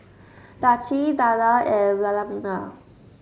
Darci Danna and Wilhelmina